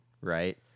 right